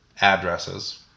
addresses